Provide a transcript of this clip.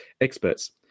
experts